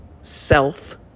self